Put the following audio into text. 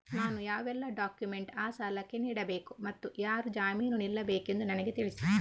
ನಾನು ಯಾವೆಲ್ಲ ಡಾಕ್ಯುಮೆಂಟ್ ಆ ಸಾಲಕ್ಕೆ ನೀಡಬೇಕು ಮತ್ತು ಯಾರು ಜಾಮೀನು ನಿಲ್ಲಬೇಕೆಂದು ನನಗೆ ತಿಳಿಸಿ?